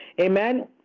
amen